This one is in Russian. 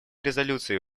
резолюции